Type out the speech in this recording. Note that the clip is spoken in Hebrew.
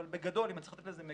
אבל בגדול אם אני צריך לזהות מגמה,